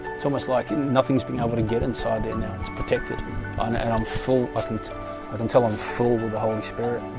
it's almost like nothing's being able to get inside there now it's protected and and i'm full but but but until i'm full with the holy spirit